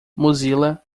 mozilla